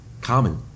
common